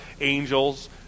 angels